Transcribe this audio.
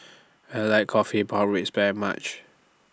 I like Coffee Pork Ribs very much